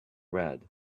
red